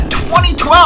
2012